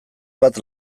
bat